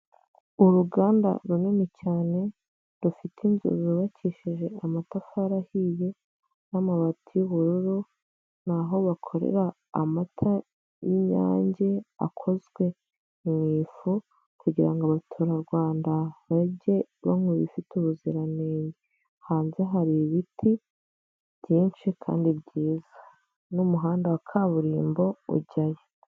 Uruganda runini cyane rufite inzu zubakishije amatafari ahiye n'amabati y'ubururu, ni ho bakorera amata y'inyange akozwe mu ifu kugira ngo Abaturarwanda bajye baba bifite ubuziranenge, hanze hari ibiti byinshi kandi byiza numuhanda wa kaburimbo ujyayo.